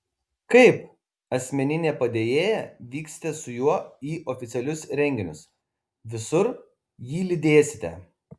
kaip asmeninė padėjėja vyksite su juo į oficialius renginius visur jį lydėsite